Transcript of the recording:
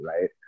right